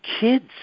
kids